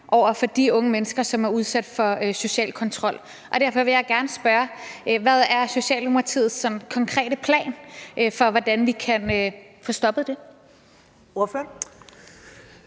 for de unge mennesker, som er udsat for social kontrol, og derfor vil jeg gerne spørge: Hvad er sådan Socialdemokratiets konkrete plan for, hvordan vi kan få stoppet det? Kl.